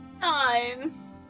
Nine